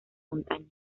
montañas